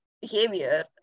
behavior